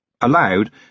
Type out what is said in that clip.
Allowed